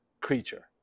creature